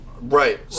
right